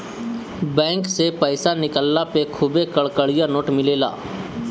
bank से पईसा निकलला पे खुबे कड़कड़िया नोट मिलेला